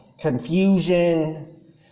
confusion